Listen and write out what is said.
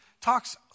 talks